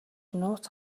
нууц